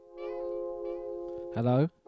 Hello